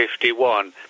51